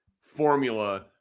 formula